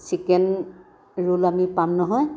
chicken roll আমি পাম নহয়